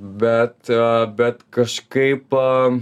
bet bet kažkaip